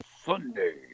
Sunday